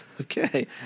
Okay